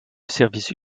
service